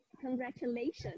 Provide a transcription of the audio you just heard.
congratulations